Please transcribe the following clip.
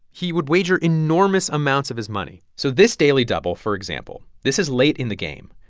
he would wager enormous amounts of his money. so this daily double for example, this is late in the game.